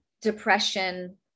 depression